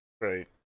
Right